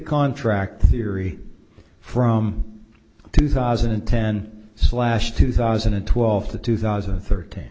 contract theory from two thousand and ten slash two thousand and twelve to two thousand and thirteen